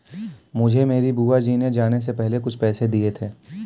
मुझे मेरी बुआ जी ने जाने से पहले कुछ पैसे दिए थे